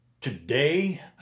Today